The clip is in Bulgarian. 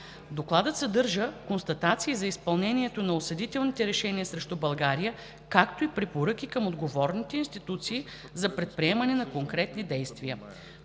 Докладът съдържа констатации за изпълнението на осъдителните решения срещу България, както и препоръки към отговорните институции за предприемане на конкретни действия.